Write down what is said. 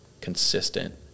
consistent